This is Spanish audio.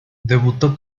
debutó